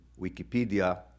Wikipedia